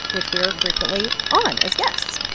which we are frequently on as guests.